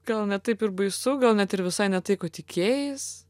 gal ne taip ir baisu gal net ir visai ne tai ko tikėjais